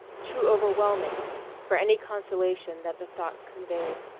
too overwhelming for any consolation that the thought conveyed.